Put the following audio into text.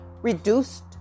reduced